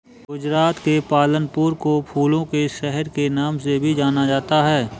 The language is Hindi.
गुजरात के पालनपुर को फूलों के शहर के नाम से भी जाना जाता है